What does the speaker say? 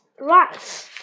rice